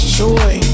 joy